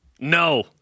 no